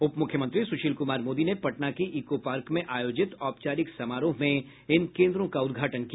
उप मुख्यमंत्री सुशील कुमार मोदी ने पटना के इको पार्क में आयोजित औपचारिक समारोह में इन केन्द्रों का उद्घाटन किया